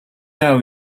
аав